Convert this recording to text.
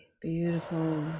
beautiful